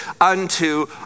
unto